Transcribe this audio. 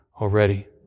already